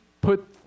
put